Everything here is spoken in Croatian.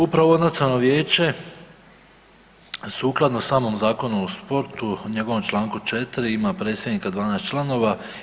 Upravo ovo nacionalno vijeće sukladno samom Zakonu o sportu njegovom Članku 4. ima predsjednika i 12 članova.